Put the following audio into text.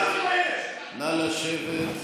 נא לשבת.